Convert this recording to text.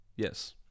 Yes